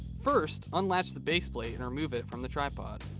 first, unlatch the baseplate and remove it from the tripod.